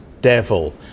devil